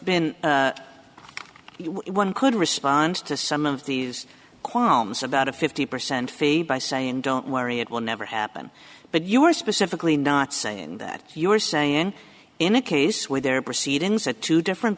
been one could respond to some of these qualms about a fifty percent favor by saying don't worry it will never happen but you were specifically not saying that you were saying in a case where there proceedings at two different